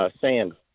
Sand